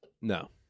No